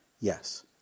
yes